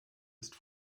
ist